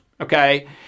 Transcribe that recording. okay